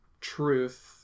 truth